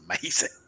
amazing